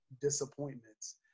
disappointments